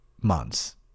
months